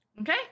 Okay